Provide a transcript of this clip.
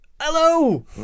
Hello